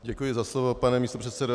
Děkuji za slovo, pane místopředsedo.